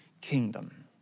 kingdom